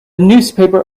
newspaper